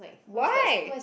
why